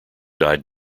died